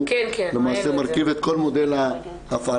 שהוא למעשה מרכיב את כל מודל ההפעלה.